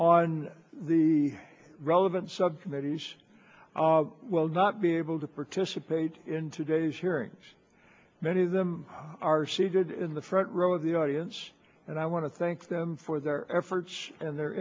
on the relevant subcommittees will not be able to participate in today's hearings many of them are seated in the front row of the audience and i want to thank them for their efforts and their